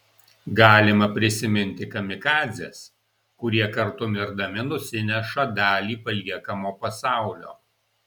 galima prisiminti kamikadzes kurie kartu mirdami nusineša dalį paliekamo pasaulio